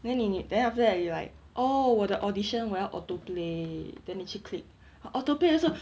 then 你你 then after that you like oh 我的 audition 我要 auto play then 你去 click but auto play 也是